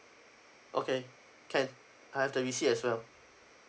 okay can I have the receipt as well